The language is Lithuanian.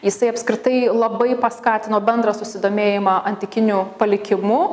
jisai apskritai labai paskatino bendrą susidomėjimą antikiniu palikimu